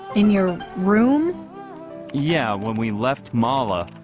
in your room yeah, when we left mala.